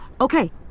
Okay